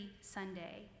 Sunday